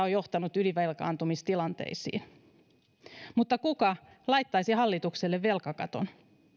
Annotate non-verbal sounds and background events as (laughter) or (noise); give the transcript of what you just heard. (unintelligible) on johtanut ylivelkaantumistilanteisiin mutta kuka laittaisi hallitukselle velkakaton